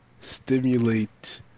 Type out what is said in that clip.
stimulate